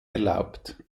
erlaubt